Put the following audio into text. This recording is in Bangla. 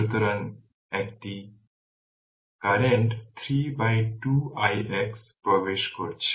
সুতরাং একটি আরেকটি কারেন্ট 3 বাই 2 ix প্রবেশ করছে